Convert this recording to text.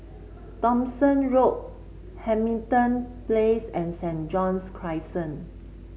Thomson Road Hamilton Place and Saint John's Crescent